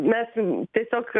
mes tiesiog